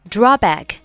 Drawback